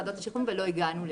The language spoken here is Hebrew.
ועדות השחרורים ולא הגענו לזה.